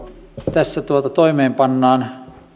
tässä laissa toimeenpannaan